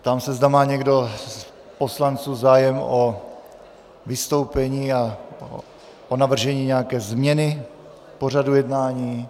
Ptám se, zda má někdo z poslanců zájem o vystoupení a navržení nějaké změny pořadu jednání.